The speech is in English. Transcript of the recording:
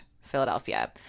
Philadelphia